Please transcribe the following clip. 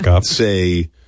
say